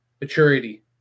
Maturity